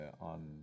on